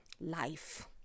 life